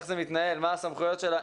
איך היא מתנהלת ומה הסמכויות שלה.